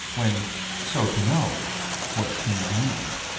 when so to know was convenient.